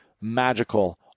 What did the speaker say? magical